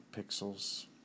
pixels